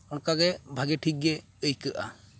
ᱚᱱᱠᱟᱜᱮ ᱵᱷᱟᱹᱜᱤ ᱴᱷᱤᱠ ᱜᱮ ᱟᱹᱭᱠᱟᱹᱜᱼᱟ